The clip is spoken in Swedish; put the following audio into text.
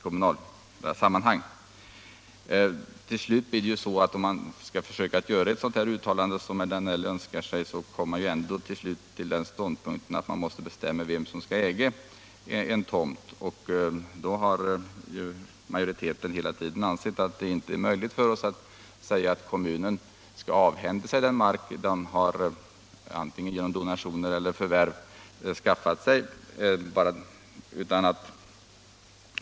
Om man skall göra ett sådant uttalande som herr Danell önskar kommer man ändå fram till att man måste bestämma vem som skall äga en tomt. Majoriteten har hela tiden ansett att det inte är möjligt för oss att säga att kommunen skall avhända sig den mark den skaffat sig antingen genom donation eller genom förvärv.